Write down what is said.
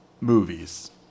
movies